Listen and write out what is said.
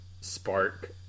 spark